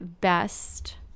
best